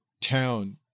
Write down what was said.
town